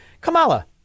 Kamala